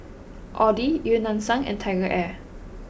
Audi Eu Yan Sang and TigerAir